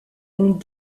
ont